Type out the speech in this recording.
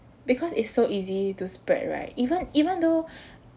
because it's so easy to spread right even even though